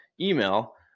email